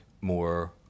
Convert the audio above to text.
more